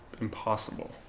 impossible